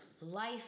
life